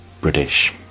british